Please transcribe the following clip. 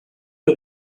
for